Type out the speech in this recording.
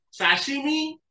Sashimi